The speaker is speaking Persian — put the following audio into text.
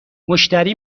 مشتری